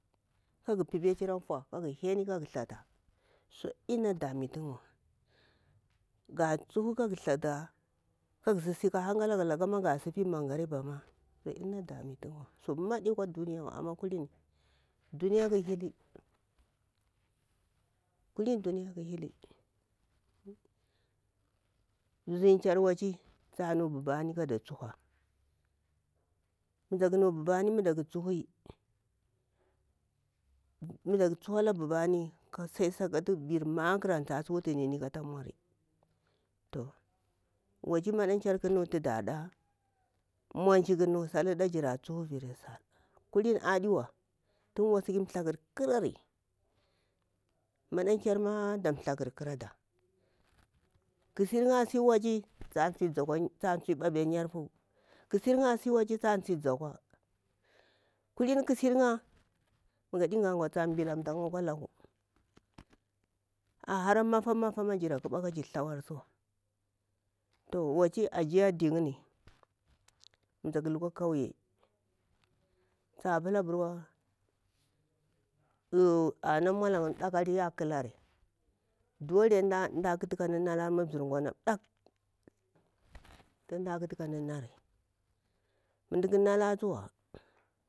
Kara ƙata ata ƙaraga kara pipi kara thata sudi na wutu wa ga tsuhu kara thata karasi sifi mangamba sudi na wutu wa kuhni dimiya ƙahili zinchar ta nububa ni kada tsuha mutak nu bubani kada tsuha sai vir maƙar antu tasi wutu nini kata mauni ta maɗan kyar ƙa nu tudaƙa munci ƙa niusallurda da ƙa tura kuliri aɗuwa tun wasiki thakar ƙarari maƙan kyar ma da thakar ƙarada ƙasir'ya a si waci ta thayi ɗaɗi a yarfu ƙasir'ya asi ta thuyi zakwa kalmi ƙasir'ya mugadi gaj gahwa ta ɓilanta'ya akwa laku a hara mafa mafa ma jira, ƙuɓa ata lakuwa waci ajiya di yimni mu taku lukwa kwaye tsapila aburwa ya malla yimmi ɗaku ala ya ƙalari dole mda ƙatu da mda nalari muta ɗakku tun mda ƙitu ka mda nalri mu mda ƙanala tsuwa.